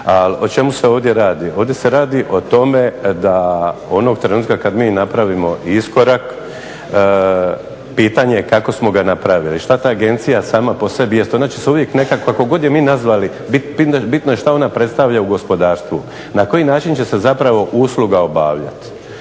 o čemu se ovdje radi? ovdje se radi o tome da onog trenutka kad mi napravimo iskorak pitanje je kako smo ga napravili, šta ta agencija sama po sebi jest, ona će se uvijek nekakva kako god je mi nazvali, bitno je šta ona predstavlja u gospodarstvu, na koji način će se zapravo usluga obavljati.